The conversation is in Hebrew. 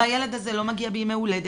והילד הזה לא מגיע בימי הולדת,